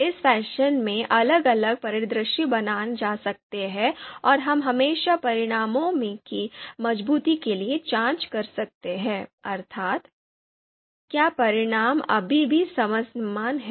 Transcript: इस फैशन में अलग अलग परिदृश्य बनाए जा सकते हैं और हम हमेशा परिणामों की मजबूती के लिए जांच कर सकते हैं अर्थात् क्या परिणाम अभी भी समान हैं